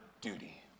duty